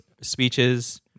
speeches